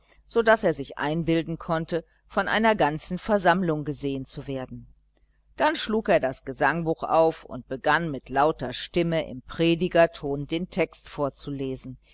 so daß er sich einbilden konnte von einer ganzen versammlung gesehen zu werden dann schlug er das gesangbuch auf und begann mit lauter stimme im predigerton den text vorzulesen